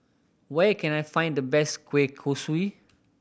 where can I find the best kueh kosui